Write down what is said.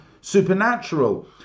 supernatural